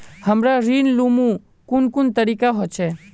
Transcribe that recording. हमरा ऋण लुमू कुन कुन तरीका होचे?